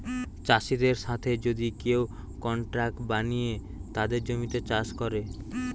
চাষিদের সাথে যদি কেউ কন্ট্রাক্ট বানিয়ে তাদের জমিতে চাষ করে